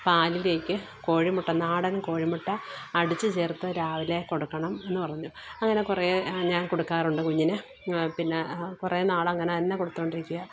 പാലിലേക്ക് കോഴിമുട്ട നാടൻ കോഴിമുട്ട അടിച്ച് ചേർത്ത് രാവിലെ കൊടുക്കണം എന്ന് പറഞ്ഞു അങ്ങനെ കുറെ ഞാൻ കൊടുക്കാറുണ്ട് കുഞ്ഞിന് പിന്നെ കുറേ നാൾ അങ്ങനെ തന്നെ കൊടുത്തു കൊണ്ടിരിക്കുക